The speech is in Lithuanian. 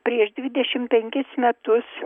prieš dvidešim penkis metus